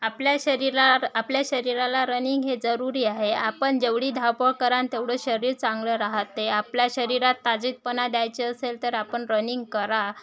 आपल्या शरीरा आपल्या शरीराला रनिंग हे जरूरी आहे आपण जेवढी धावपळ करा तेवढं शरीर चांगलं राहते आपल्या शरीरात ताजेपणा द्यायचे असेल तर आपण रनिंग करा